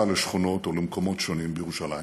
לשכונות או למקומות שונים בירושלים,